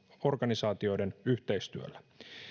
organisaatioiden yhteistyöllä